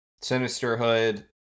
Sinisterhood